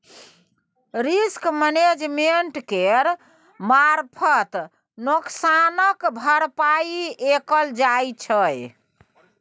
risk management केर मारफत नोकसानक भरपाइ कएल जाइ छै